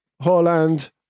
Holland